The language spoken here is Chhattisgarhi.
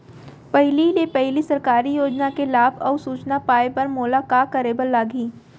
पहिले ले पहिली सरकारी योजना के लाभ अऊ सूचना पाए बर मोला का करे बर लागही?